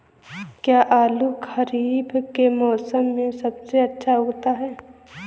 क्या आलू खरीफ के मौसम में सबसे अच्छा उगता है?